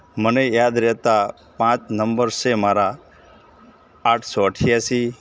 મને યાદ રહેતાં પાંચ નમ્બર છે મારા આઠસો અઠ્યાસી